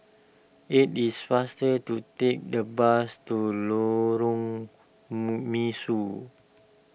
it is faster to take the bus to Lorong Mesu